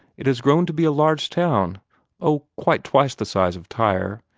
it has grown to be a large town oh, quite twice the size of tyre.